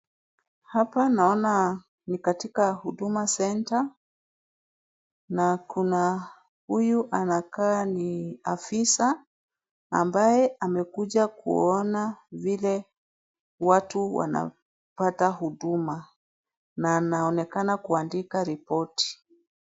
Hapa naona ni katika huduma centre na kuna huyu anakaa ni afisa ambaye amekuja kuona vile watu wanapata huduma na anaonekana kuandika ripoti.